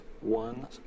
one